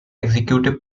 executive